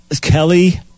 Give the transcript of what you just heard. Kelly